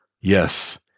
Yes